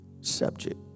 subject